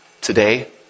today